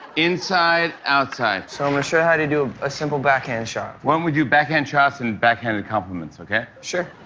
inside, outside. so, i'm gonna show you how to do a simple backhand shot. why don't we do backhand shots and backhanded compliments, okay? sure.